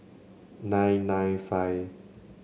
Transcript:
nine nine five